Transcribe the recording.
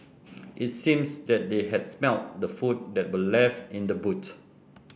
it seems that they had smelt the food that were left in the boot